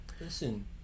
Listen